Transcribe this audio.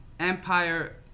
Empire